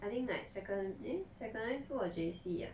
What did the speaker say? I think like second eh secondary school or J_C ah